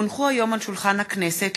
כי הונחו היום על שולחן הכנסת,